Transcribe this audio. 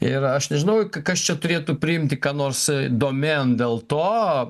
ir aš nežinau kas čia turėtų priimti ką nors domėn dėl to